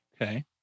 Okay